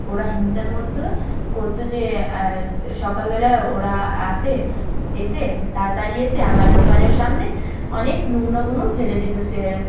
ওরা হিংসার মধ্যে করত যে সকালবেলায় ওরা এসে এসে তাড়াতাড়ি এসে আমার দোকানের সামনে অনেক নোংড়াগুলো ফেলে দিত সে